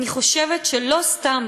אני חושבת שלא סתם,